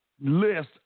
list